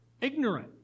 ignorant